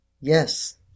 Yes